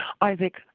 Isaac